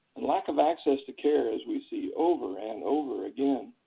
and lack of access to care, as we see over and over again,